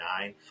nine